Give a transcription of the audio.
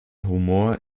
humor